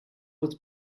was